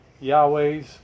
Yahweh's